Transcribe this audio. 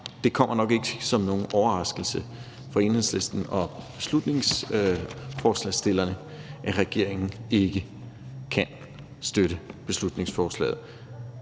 Det kommer nok ikke som nogen overraskelse for Enhedslisten og forslagsstillerne, at regeringen ikke kan støtte beslutningsforslaget.